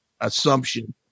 assumption